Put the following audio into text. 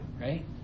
right